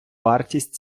вартість